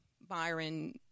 Byron